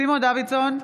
סימון דוידסון,